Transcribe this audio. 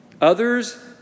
Others